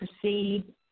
proceed